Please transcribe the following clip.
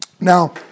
Now